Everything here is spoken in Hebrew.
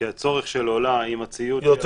כי הצורך של עולה עם הציוד שלה הוא קצת יותר.